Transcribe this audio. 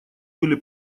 были